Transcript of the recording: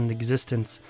existence